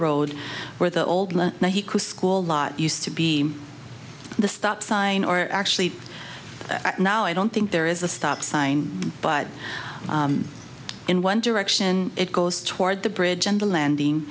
road where the old school lot used to be the stop sign or actually now i don't think there is a stop sign but in one direction it goes toward the bridge and the landing